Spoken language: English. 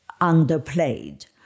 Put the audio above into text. underplayed